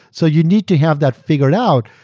so you need to have that figured out.